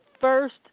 first